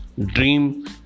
Dream